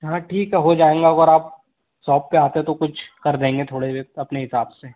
हाँ ठीक है हो जाएगा अगर आप सॉप पे आते हैं तो कुछ कर देंगे थोड़े रेट अपने हिसाब से